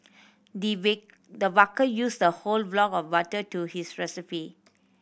the the baker used a whole block of butter to his recipe